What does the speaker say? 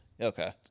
Okay